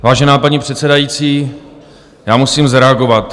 Vážená paní předsedající, já musím zareagovat.